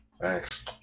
thanks